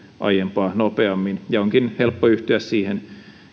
aiempaa nopeammin onkin helppo yhtyä siihen